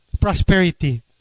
prosperity